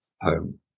home